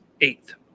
eighth